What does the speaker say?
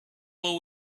will